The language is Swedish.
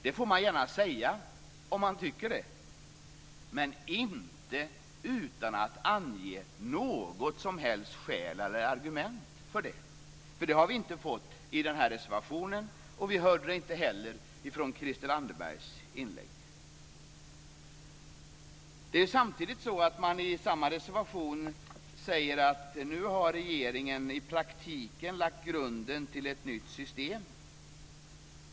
Det får man gärna säga om man tycker det - men inte utan att ange något som helst skäl eller argument. Det har vi nämligen inte fått i reservationen och vi hörde det inte heller i Christel Anderbergs inlägg. Samtidigt säger man i samma reservation: Nu har regeringen i praktiken lagt grunden till ett nytt system.